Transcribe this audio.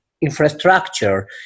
infrastructure